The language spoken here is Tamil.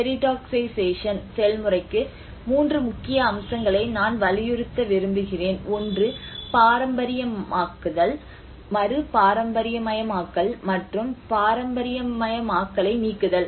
ஹெரிடாகைசேஷன் செயல்முறைக்கு 3 முக்கிய அம்சங்களை நான் வலியுறுத்த விரும்புகிறேன் ஒன்று ஒரு பாரம்பரியமயமாக்கல் மறு பாரம்பரியமயமாக்கல் மற்றும் பாரம்பரியமயமாக்கலை நீக்குதல்